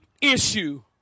issue